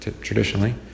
traditionally